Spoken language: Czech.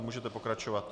Můžete pokračovat.